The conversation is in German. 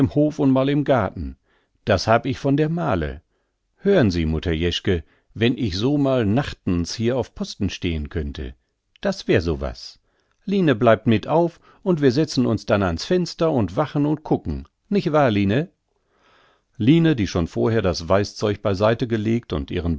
und mal im garten das hab ich von der male hören sie mutter jeschke wenn ich so mal nachtens hier auf posten stehen könnte das wäre so was line bleibt mit auf und wir setzen uns dann ans fenster und wachen und kucken nich wahr line line die schon vorher das weißzeug bei seite gelegt und ihren